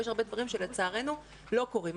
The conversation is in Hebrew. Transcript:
ויש הרבה דברים שלצערנו לא קורים.